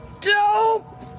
dope